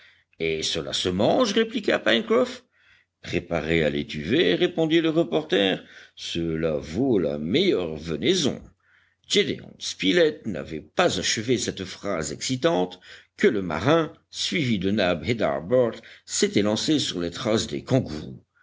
et cela se mange répliqua pencroff préparé à l'étuvée répondit le reporter cela vaut la meilleure venaison gédéon spilett n'avait pas achevé cette phrase excitante que le marin suivi de nab et d'harbert s'était lancé sur les traces des